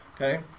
Okay